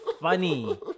funny